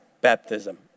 baptism